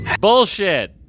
Bullshit